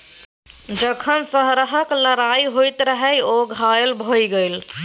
जखन सरहाक लड़ाइ होइत रहय ओ घायल भए गेलै